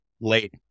late